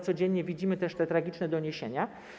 Codziennie widzimy te tragiczne doniesienia.